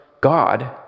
God